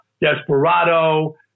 Desperado